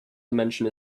dimension